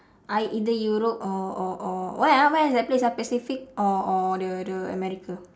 I either europe or or or where ah where is that place pacific or or the the america